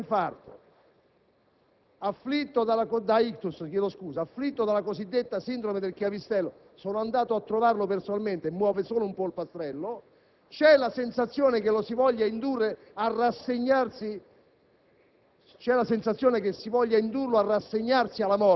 di un cittadino italiano, Gian Piero Steccato, colto da ictus e afflitto della cosiddetta sindrome del chiavistello (sono andato a trovarlo personalmente e muove solo un polpastrello). Ebbene, si ha la sensazione che lo si voglia indurre a rassegnarsi